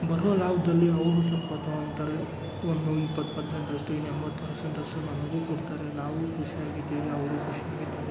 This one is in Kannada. ಬರುವ ಲಾಭದಲ್ಲಿ ಅವರು ಸ್ವಲ್ಪ ತಗೋತಾರೆ ಒಂದು ಇಪ್ಪತ್ತು ಪರ್ಸೆಂಟ್ ಅಷ್ಟು ಇನ್ನು ಎಂಬತ್ತು ಪರ್ಸೆಂಟ್ ಅಷ್ಟು ನಮಗೂ ಕೊಡ್ತಾರೆ ನಾವೂ ಖುಷಿಯಾಗಿದ್ದೀವಿ ಅವರು ಖುಷಿಯಾಗಿದ್ದಾರೆ